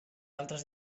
altres